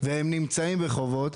והם נמצאים בחובות?